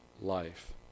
Life